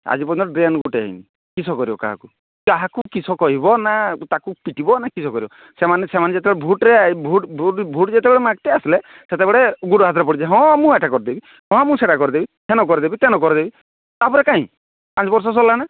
ଆଜି ପର୍ଯ୍ୟନ୍ତ ଡ୍ରେନ୍ ଗୋଟିଏ ହୋଇନି କିସ କରିବ କାହାକୁ କାହାକୁ କିସ କହିବ ନା ତାକୁ ପିଟିବ ନା କିସ କରିବ ସେମାନେ ସେମାନେ ଯେତେବେଳେ ଭୋଟ୍ରେ ଭୋଟ୍ ଭୋଟ୍ ଭୋଟ୍ ଯେତେବେଳେ ମାଗିତେ ଆସିଲେ ସେତେବେଳେ ଗୋଡ଼ ହାତରେ ପଡ଼ିଯିବେ ହଁ ମୁଁ ଏଟା କରିଦେବି ହଁ ମୁଁ ସେଟା କରିଦେବି ହେଲ କରିଦେବି ତେନ କରିଦେବି ତାପରେ କାଇଁ ପାଞ୍ଚ ବର୍ଷ ସରିଲାନା